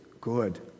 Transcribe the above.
good